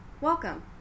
welcome